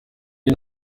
iyi